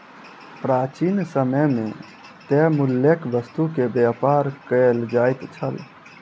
प्राचीन समय मे तय मूल्यक वस्तु के व्यापार कयल जाइत छल